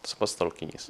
tas pats traukinys